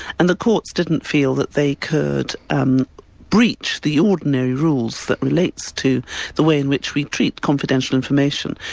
and the courts didn't feel that they could um breach the ordinary rules that relates to the way in which we treat confidential information.